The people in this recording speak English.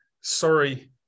sorry